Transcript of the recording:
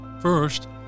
First